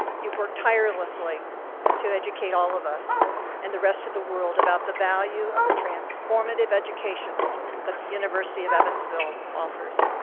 you've worked tirelessly to educate all of us and the rest of the world about the value of the transformative education that the university of evansville offers.